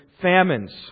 famines